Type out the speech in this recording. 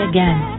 Again